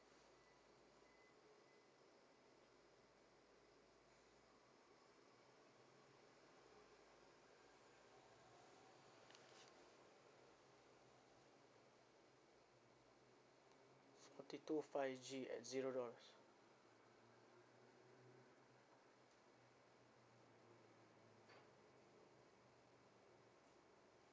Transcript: fifty two five G at zero dollars